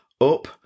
Up